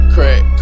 Crack